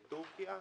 מטורקיה.